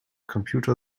computer